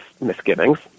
misgivings